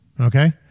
Okay